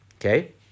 okay